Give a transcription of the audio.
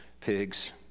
pigs